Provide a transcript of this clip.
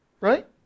Right